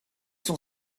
sont